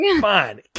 fine